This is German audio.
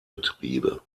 betriebe